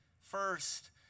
First